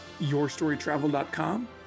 yourstorytravel.com